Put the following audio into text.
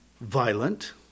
violent